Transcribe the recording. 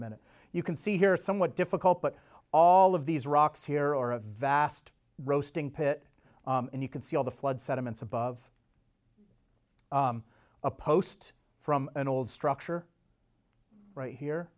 a minute you can see here somewhat difficult but all of these rocks here are a vast roasting pit and you can see all the flood sediments above a post from an old structure right